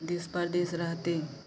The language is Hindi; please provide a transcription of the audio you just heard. देश परदेश रहते हैं